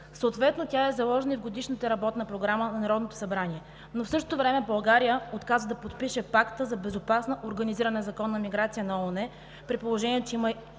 Съответно тя е заложена и в Годишната работна програма на Народното събрание, но в същото време България отказа да подпише Пакта за безопасна, организирана и законна миграция на ООН, при положение че има